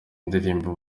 indirimbo